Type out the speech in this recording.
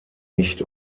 nicht